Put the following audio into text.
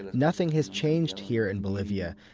nothing has changed here in bolivia.